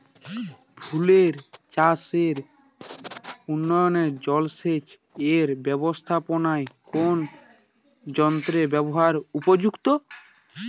ফুলের চাষে উন্নত জলসেচ এর ব্যাবস্থাপনায় কোন যন্ত্রের ব্যবহার উপযুক্ত?